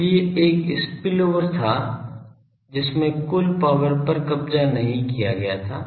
इसलिए एक स्पिलओवर था जिसमे कुल पावर पर कब्जा नहीं किया गया था